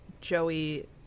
joey